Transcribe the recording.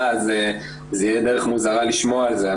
אז זה יהיה דרך מוזרה לשמוע על זה,